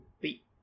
beat